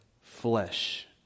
flesh